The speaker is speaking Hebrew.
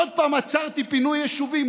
עוד פעם "עצרתי פינוי יישובים".